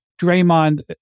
Draymond